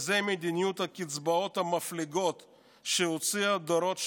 והיא מדיניות הקצבאות המפליגות שהוציאה דורות שלמים,